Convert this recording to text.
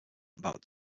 about